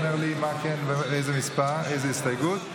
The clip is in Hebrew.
אומר לי איזה הסתייגות,